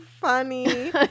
funny